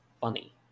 funny